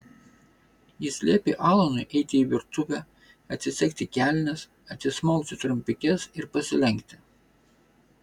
jis liepė alanui eiti į virtuvę atsisegti kelnes atsismaukti trumpikes ir pasilenkti